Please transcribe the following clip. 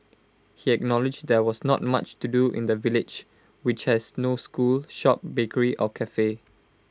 he acknowledged there was not much to do in the village which has no school shop bakery or Cafe